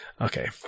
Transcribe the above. Okay